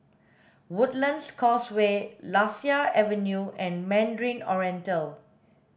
Woodlands Causeway Lasia Avenue and Mandarin Oriental